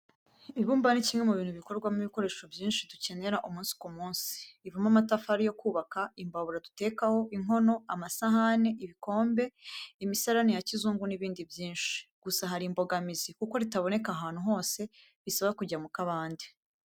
Ibumba ni kimwe mu bintu bikorwamo ibikoresho byinshi dukenera umunsi ku munsi. Rivamo amatafari yo kubaka, imbabura dutekaho, inkono, amasahani, ibikombe, imisarani ya kizungu n'ibindi byinshi. Gusa hari imbogamizi kuko ritaboneka ahantu hose bisaba kujya mu kabande.